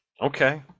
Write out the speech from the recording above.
Okay